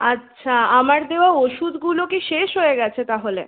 আচ্ছা আমার দেওয়া ওষুধগুলো কি শেষ হয়ে গেছে তাহলে